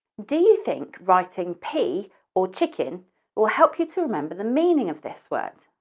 do you think writing pea or chicken will help you to remember the meaning of this word?